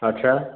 अच्छा